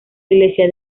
iglesia